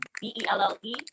B-E-L-L-E